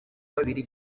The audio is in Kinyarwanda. kabiri